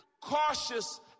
Cautious